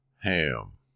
Ham